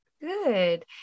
Good